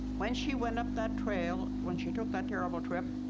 when she went up that trail, when she took that terrible trip,